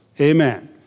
Amen